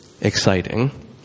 exciting